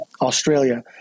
Australia